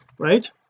right